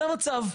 זה המצב.